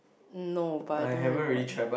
no but I don't really want